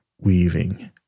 weaving